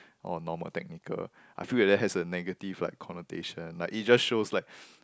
or normal technical I feel that that has a negative like connotation like it just shows like